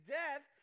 death